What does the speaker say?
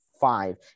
five